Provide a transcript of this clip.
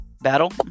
battle